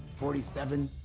forty seven.